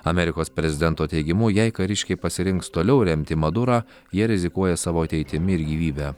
amerikos prezidento teigimu jei kariškiai pasirinks toliau remti madurą jie rizikuoja savo ateitimi ir gyvybe